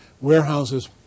warehouses